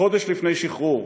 חודש לפני השחרור,